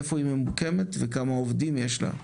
איפה היא ממוקמת וכמה עובדים יש לה,